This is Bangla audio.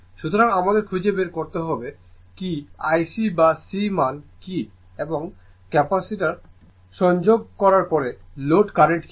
সুতরাং আমাদের খুঁজে বের করতে হবে I কী IC বা C মান কী এবং ক্যাপাসিটার সংযোগ করার পরে লোড কারেন্ট কী